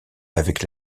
avec